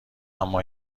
اما